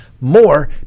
more